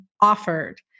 offered